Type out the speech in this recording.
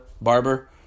Barber